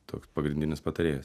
toks pagrindinis patarėjas